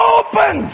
open